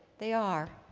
they are.